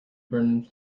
burn